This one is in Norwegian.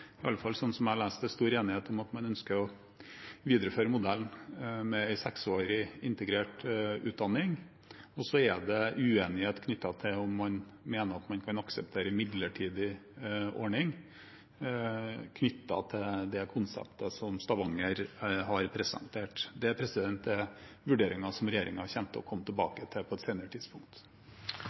jeg leser det, stor enighet om at man ønsker å videreføre modellen med seksårig integrert utdanning, og så er det uenighet knyttet til om man mener at man kan akseptere en midlertidig ordning knyttet til det konseptet som Stavanger har presentert. Det er vurderinger som regjeringen kommer tilbake til på et senere tidspunkt.